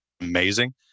amazing